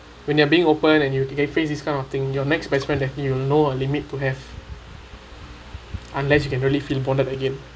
when you are being open and you have to face this kind of thing your next best friend that you know a limit to have unless you can really feel bonded again